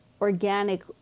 organic